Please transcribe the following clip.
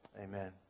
amen